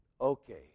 okay